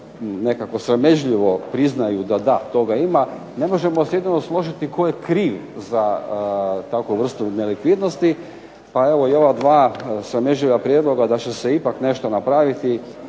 nekako sramežljivo priznaju da da, toga ima. Ne možemo se jedino složiti tko je kriv za takvu vrstu nelikvidnosti, pa evo i ova dva sramežljiva prijedloga da će se ipak nešto napraviti,